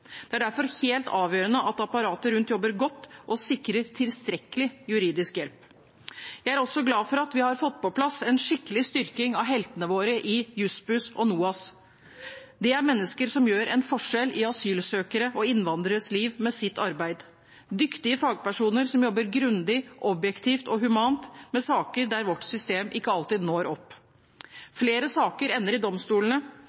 Det er derfor helt avgjørende at apparatet rundt jobber godt og sikrer tilstrekkelig juridisk hjelp. Jeg er også glad for at vi har fått på plass en skikkelig styrking av heltene våre i Jussbuss og NOAS. Det er mennesker som utgjør en forskjell i asylsøkere og innvandreres liv med sitt arbeid, dyktige fagpersoner som jobber grundig, objektivt og humant med saker der vårt system ikke alltid når